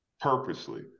purposely